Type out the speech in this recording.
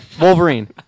Wolverine